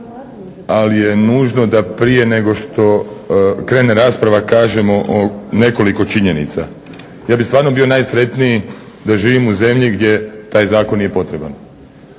ali je nužno da prije nego što krene rasprava kažemo nekoliko činjenica. Ja bih stvarno bio najsretniji da živim u zemlji gdje taj zakon nije potreban,